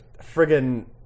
friggin